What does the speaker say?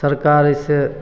सरकार अइसे